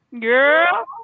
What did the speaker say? Girl